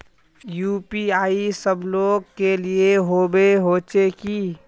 UPI सब लोग के लिए होबे होचे की?